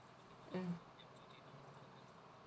mm